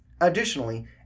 Additionally